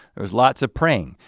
there was lots of praying,